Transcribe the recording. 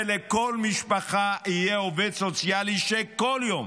ולכל משפחה יהיה עובד סוציאלי שכל יום